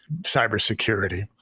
cybersecurity